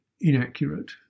inaccurate